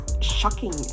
shocking